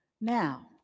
Now